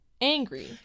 angry